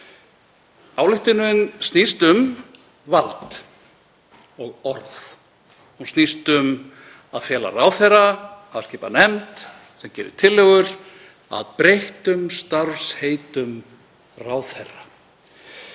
Ályktunin snýst um vald og orð. Hún snýst um að fela ráðherra að skipa nefnd sem gerir tillögur að breyttum starfsheitum ráðherra.